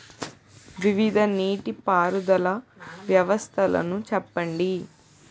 వివిధ నీటి పారుదల వ్యవస్థలను చెప్పండి?